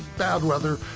bad weather,